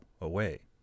away